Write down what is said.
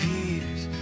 years